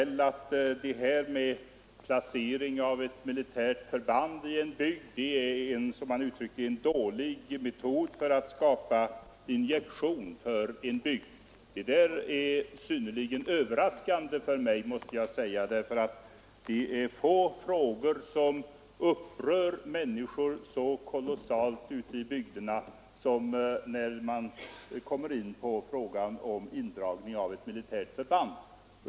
Att placera ett militärt förband i en bygd, säger herr Danell, är en dålig metod att ge bygden en injektion. Det var synnerligen överraskande för mig, för det är få frågor som upprör människor så kolossalt ute i bygderna som indragningen av ett militärt förband.